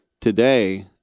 today